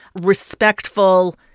respectful